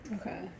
Okay